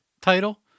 title